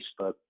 Facebook